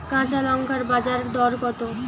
কাঁচা লঙ্কার বাজার দর কত?